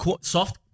Soft